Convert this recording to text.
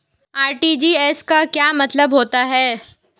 RTGS का क्या मतलब होता है?